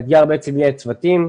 האתגר בעצם יהיה צוותים,